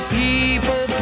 people